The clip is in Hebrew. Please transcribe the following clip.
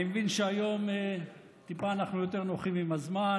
אני מבין שהיום אנחנו טיפה יותר נוחים עם הזמן,